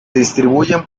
distribuyen